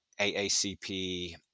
AACP